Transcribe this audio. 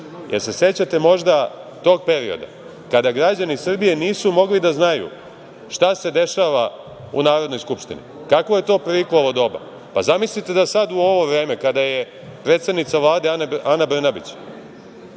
li se sećate možda tog perioda kada građani Srbije nisu mogli da znaju šta se dešava u Narodnoj skupštini? Kakvo je to Periklovo doba? Zamislite da sada u ovo vreme kada je predsednika Vlade Ana Brnabić